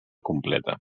completa